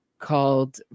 called